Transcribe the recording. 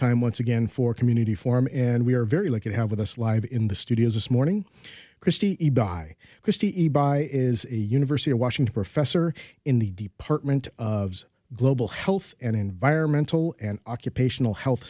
time once again for community form and we are very lucky to have with us live in the studio this morning christy by christy by is a university of washington professor in the department of global health and environmental and occupational health